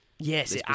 Yes